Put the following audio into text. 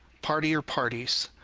party or parties.